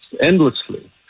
endlessly